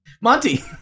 Monty